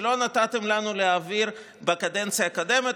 שלא נתתם לנו להעביר בקדנציה הקודמת.